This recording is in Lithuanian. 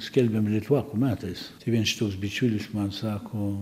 skelbiami litvakų metais tai viens čia toks bičiulis man sako